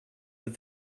but